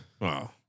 Wow